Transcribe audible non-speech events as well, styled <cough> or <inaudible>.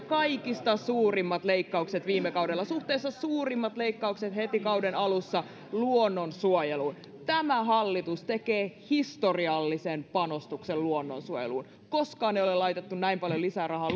<unintelligible> kaikista suurimmat leikkaukset viime kaudella suhteessa suurimmat leikkaukset heti kauden alussa luonnonsuojeluun tämä hallitus tekee historiallisen panostuksen luonnonsuojeluun koskaan ei ole laitettu näin paljon lisää rahaa <unintelligible>